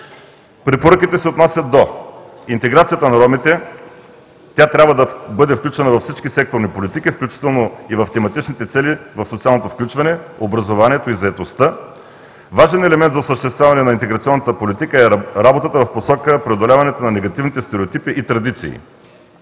Препоръките се отнасят до интеграцията на ромите. Тя трябва да бъде включена във всички секторни политики, включително и в тематичните цели в социалното включване, образованието и заетостта. Важен елемент за осъществяване на интеграционната политика е работата в посока преодоляването на негативните стереотипи и традиции.